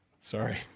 Sorry